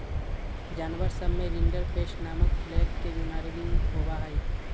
जानवर सब में रिंडरपेस्ट नामक प्लेग के बिमारी भी होबा हई